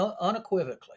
unequivocally